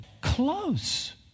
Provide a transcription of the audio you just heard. close